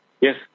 yes